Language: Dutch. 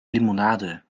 limonade